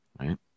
Right